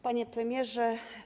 Panie Premierze!